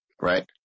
Right